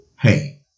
Hey